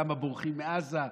למה בורחים מעזה,